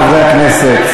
חברי הכנסת.